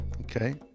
Okay